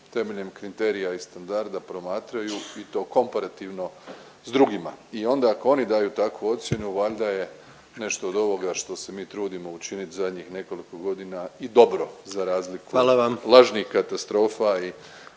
temeljem kriterija i standarda promatraju i to komparativno sa drugima. I onda, ako oni daju takvu ocjenu valjda je nešto od ovoga što se mi trudimo učiniti zadnjih nekoliko godina i dobro za razliku lažnih katastrofa i